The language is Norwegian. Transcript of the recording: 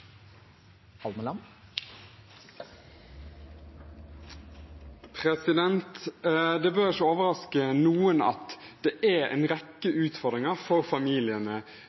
Almeland – til oppfølgingsspørsmål. Det bør ikke overraske noen at det er en rekke utfordringer for familiene